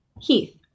Heath